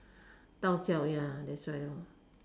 道教 ya that's right ah